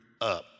up